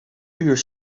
uur